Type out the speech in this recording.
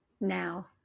now